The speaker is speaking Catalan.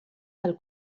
del